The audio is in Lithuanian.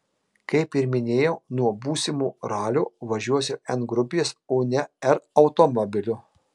kaip ir minėjau nuo būsimo ralio važiuosiu n grupės o ne r automobiliu